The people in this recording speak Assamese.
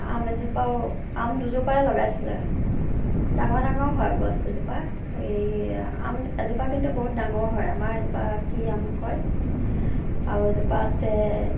আম এজোপাও আম দুজোপাই লগাইছিলে ডাঙৰ ডাঙৰ হয় গছকেইজোপা এই আম এজোপা কিন্তু বহুত ডাঙৰ হয় আমাৰ বা কি আম কয় আৰু এজোপা আছে